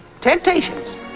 temptations